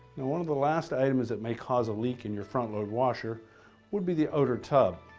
one of the last items that may cause a leak in your front-load washer would be the outer tub.